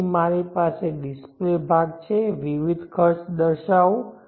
પછી મારી પાસે ડિસ્પ્લે ભાગ છે વિવિધ ખર્ચ દર્શાવો